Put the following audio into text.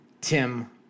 Tim